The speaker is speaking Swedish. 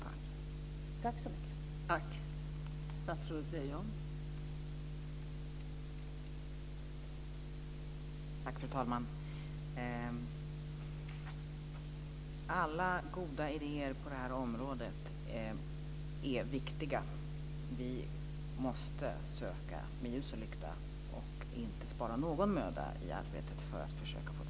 Tack så mycket.